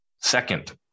Second